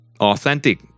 authentic